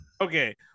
Okay